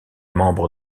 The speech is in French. membres